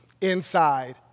Inside